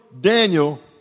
Daniel